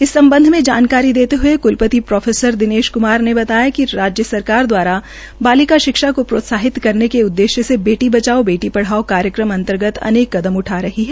इस संबंध में जानकारी देते हुए क्लपति प्रो दिनेश क्मार ने बताया कि राज्य सरकार दवारा बालिका शिक्षा को प्रोत्साहित करने के उददेश्य से बेटी बचाओ बेटी पढ़ाओ कार्यक्रम अंतर्गत अनेक कदम उठा रही है